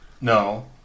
No